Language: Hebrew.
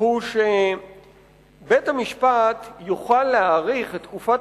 הוא שבית-המשפט יוכל להאריך את תקופת